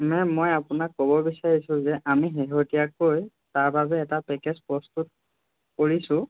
ma'am মই আপোনাক ক'ব বিচাৰিছো যে আমি শেহতীয়াকৈ তাৰ বাবে এটা পেকেজ প্ৰস্তুত কৰিছো